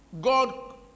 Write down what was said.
God